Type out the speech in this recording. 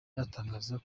yatangaza